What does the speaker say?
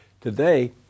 today